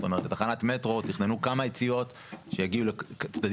זאת אומרת בתחנת מטרו תכננו כמה יציאות שיגיעו לצדדים